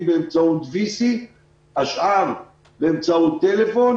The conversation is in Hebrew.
באמצעות וי-סי והשאר באמצעות טלפון.